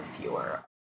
fewer